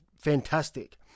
fantastic